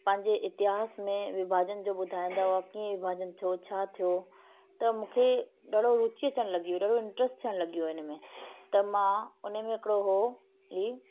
पंहिंजे इतिहास में विभाजन जो ॿुधाईंदा हुआ कीअं विभाजन थियो छा थियो त मूंखे ॾाढो रुची अचण लॻी वेई ॾाढो इंट्रेस्ट थियण लॻी वियो हिन में त मां हुन में हिकिड़ो उहो ई